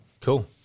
cool